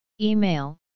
Email